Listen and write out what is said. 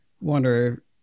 wonder